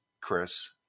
chris